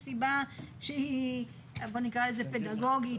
בוא נקרא לזה פדגוגית,